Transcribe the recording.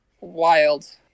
wild